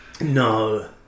no